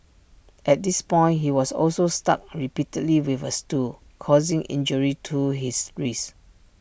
at this point he was also struck repeatedly with A stool causing injury to his wrist